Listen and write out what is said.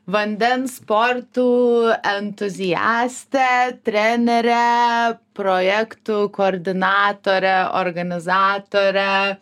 vandens sportų entuziastę trenerę projektų koordinatorę organizatorę